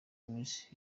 miss